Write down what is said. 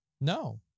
No